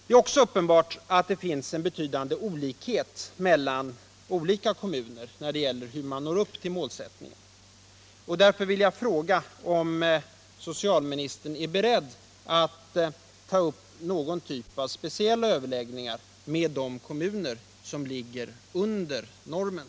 Det är också uppenbart att det finns en betydande olikhet mellan olika kommuner när det gäller att nå upp till målsättningen.